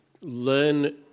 learn